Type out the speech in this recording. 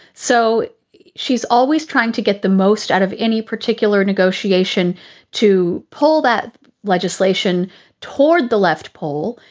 so she's always trying to get the most out of any particular negotiation to pull that legislation toward the left pole.